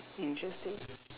interesting